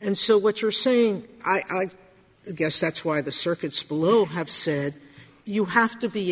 and so what you're saying i'd guess that's why the circuit splode have said you have to be